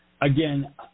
Again